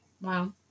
Wow